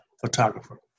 photographer